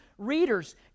Readers